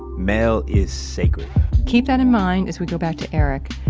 mail is sacred keep that in mind as we go back to eric,